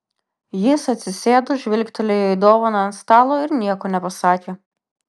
jis atsisėdo žvilgtelėjo į dovaną ant stalo ir nieko nepasakė